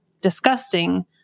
disgusting